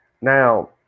Now